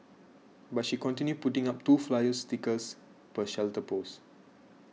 but she continued putting up two flyer stickers per shelter post